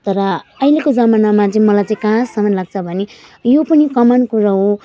तर अहिलेको जमानामा चाहिँ मलाई चाहिँ कहाँसम्म लाग्छ भने यो पनि कमन कुरा हो